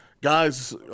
Guys